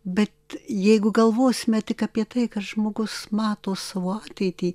bet jeigu galvosime tik apie tai kad žmogus mato savo ateitį